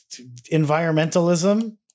environmentalism